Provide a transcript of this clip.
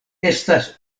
estas